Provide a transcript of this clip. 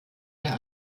der